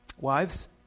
wives